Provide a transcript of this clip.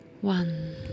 One